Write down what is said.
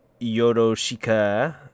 Yoroshika